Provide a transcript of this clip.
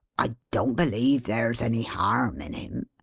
i don't believe there's any harm in him.